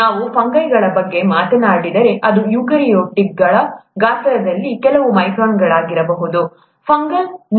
ನಾವು ಫಂಗೈ ಗಳ ಬಗ್ಗೆ ಮಾತನಾಡಿದರೆ ಅದು ಯುಕ್ಯಾರಿಯೋಟ್ಗಳ ಗಾತ್ರದಲ್ಲಿ ಕೆಲವು ಮೈಕ್ರಾನ್ಗಳಾಗಿರಬಹುದು ಫಂಗಲ್ ಸೆಲ್